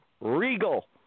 regal